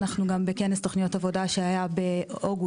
אנחנו גם בכנס תוכניות עבודה שהיה באוגוסט,